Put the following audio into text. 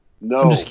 No